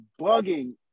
bugging